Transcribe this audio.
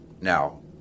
now